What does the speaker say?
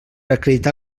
acreditar